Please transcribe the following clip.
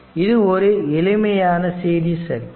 இது ஒரு எளிமையான சீரிஸ் சர்க்யூட்